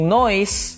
noise